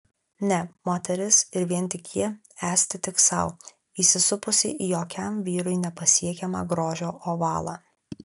ne moteris ir vien tik ji esti tik sau įsisupusi į jokiam vyrui nepasiekiamą grožio ovalą